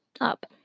up